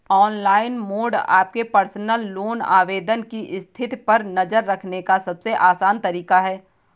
online mode आपके personal loan आवेदन की स्थिति पर नज़र रखने का सबसे आसान तरीका है